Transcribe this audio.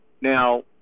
Now